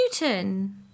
newton